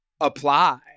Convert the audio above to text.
apply